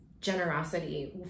generosity